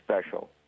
special